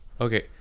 Okay